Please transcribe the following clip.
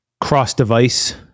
cross-device